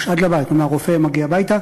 הרופא מגיע הביתה,